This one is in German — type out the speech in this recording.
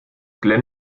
glenn